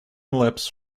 lips